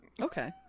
Okay